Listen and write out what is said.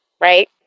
right